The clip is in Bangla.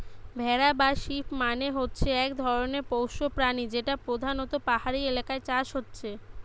ভেড়া বা শিপ মানে হচ্ছে এক ধরণের পোষ্য প্রাণী যেটা পোধানত পাহাড়ি এলাকায় চাষ হচ্ছে